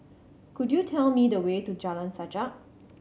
could you tell me the way to Jalan Sajak